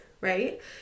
right